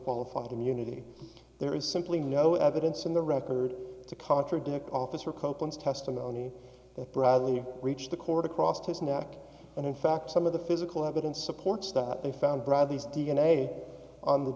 qualified immunity there is simply no evidence in the record to contradict officer copeland's testimony that bradley reached the cord across his neck and in fact some of the physical evidence supports that they found bradley's d n a on the